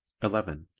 eleven.